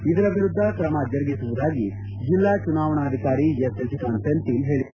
ಇದರ ವಿರುದ್ಧ ಕ್ರಮ ಜರುಗಿಸುವುದಾಗಿ ಜಿಲ್ಲಾ ಚುನಾವಣಾಧಿಕಾರಿ ಎಸ್ ಶಶಿಕಾಂತ ಸೆಂಥಿಲ್ ಹೇಳಿದ್ದಾರೆ